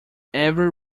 every